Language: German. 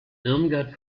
irmgard